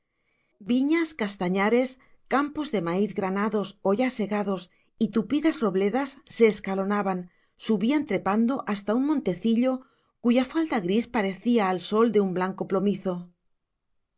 viñas castañares campos de maíz granados o ya segados y tupidas robledas se escalonaban subían trepando hasta un montecillo cuya falda gris parecía al sol de un blanco plomizo